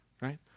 Right